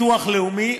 וביטוח לאומי.